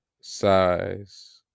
Size